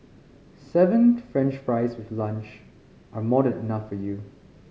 seven French fries with lunch are more than enough for you